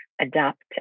adapt